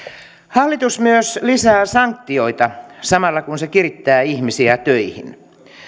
hallitus myös lisää sanktioita samalla kun se kirittää ihmisiä töihin